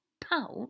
Pout